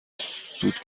سود